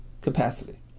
capacity